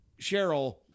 Cheryl